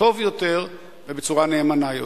טוב יותר ובצורה נאמנה יותר.